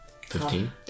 Fifteen